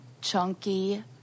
chunky